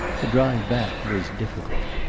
the drive back was difficult.